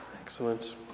Excellent